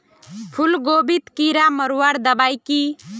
फूलगोभीत कीड़ा मारवार दबाई की?